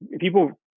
people